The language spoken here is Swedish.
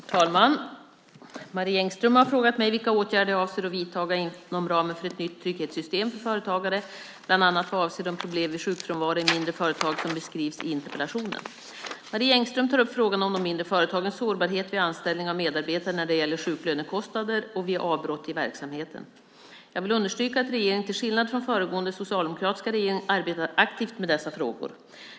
Herr talman! Marie Engström har frågat mig vilka åtgärder jag avser att vidta inom ramen för ett nytt trygghetssystem för företagare bland annat vad avser de problem vid sjukfrånvaro i mindre företag som beskrivs i interpellationen. Marie Engström tar upp frågan om de mindre företagens sårbarhet vid anställning av medarbetare när det gäller sjuklönekostnader och vid avbrott i verksamheten. Jag vill understryka att regeringen till skillnad från föregående socialdemokratiska regering arbetar aktivt med dessa frågor.